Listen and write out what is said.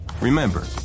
Remember